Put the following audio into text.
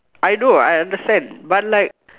I know I understand but like